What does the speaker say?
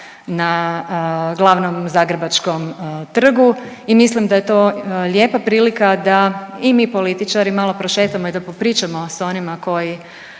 na glavnom zagrebačkom trgu i mislim da je to lijepa prilika da i mi političari malo prošetamo i da popričamo sa onima koji